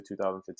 2015